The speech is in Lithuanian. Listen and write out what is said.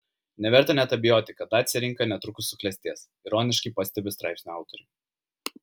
neverta net abejoti kad dacia rinka netrukus suklestės ironiškai pastebi straipsnio autoriai